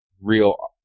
real